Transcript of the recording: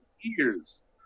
years